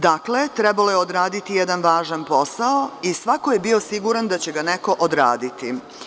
Dakle, trebalo je odraditi jedan važan posao i svako je bio siguran da će ga neko odraditi.